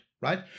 Right